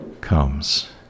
comes